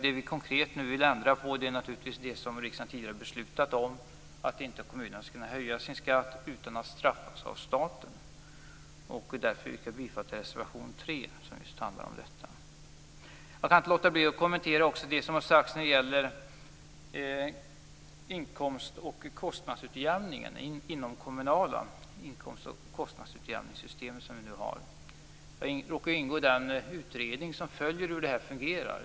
Det vi konkret nu vill ändra på är naturligtvis det som riksdagen redan har beslutat om, alltså att kommunerna inte skall kunna höja sin skatt utan att straffas av staten. Därför yrkar jag bifall till reservation 3, som just handlar om detta. Jag kan inte heller låta bli att kommentera det som har sagts om det inkomst och kostnadsutjämningssystem som vi nu har inom det kommunala. Jag råkar ingå i den utredning som följer hur det här fungerar.